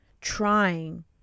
trying